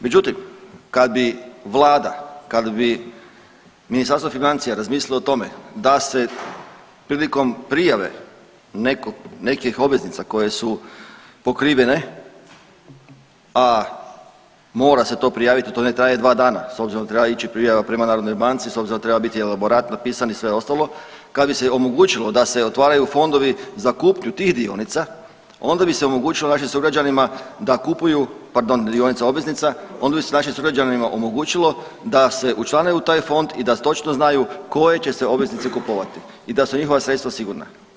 Međutim, kad bi vlada, kad bi Ministarstvo financija razmislilo o tome da se prilikom prijave nekog, nekih obveznica koje su pokrivene, a mora se to prijaviti, to ne traje 2 dana s obzirom da treba ići prijava prema narodnoj banci, s obzirom da treba biti elaborat potpisan i sve ostalo, kad bi se omogućilo da se otvaraju fondovi za kupnju tih dionica onda bi se omogućilo našim sugrađanima da kupuju, pardon dionica obveznica, onda bi se našim sugrađanima omogućilo da se učlane u taj fond i da točno znaju koje će se obveznice i da su njihova sredstva sigurna.